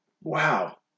wow